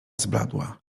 zbladła